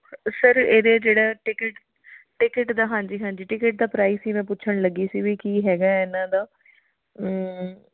sir ਇਹਦਾ ਜਿਹੜਾ ticket ticket ਦਾ ਹਾਂਜੀ ਹਾਂਜੀ ਟਿਕਟ ਦਾ ਪ੍ਰਾਈਜ ਸੀ ਮੈਂ ਪੁੱਛਣ ਲੱਗੀ ਸੀ ਵੀ ਕੀ ਹੈਗਾ ਇਹਨਾਂ ਦਾ ਹਮ